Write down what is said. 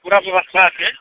पूरा व्यवस्था छै